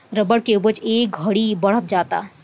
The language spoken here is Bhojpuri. रबर के उपज ए घड़ी बढ़ते जाता